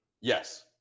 Yes